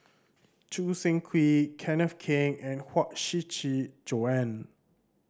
Choo Seng Quee Kenneth Keng and Huang Shiqi Joan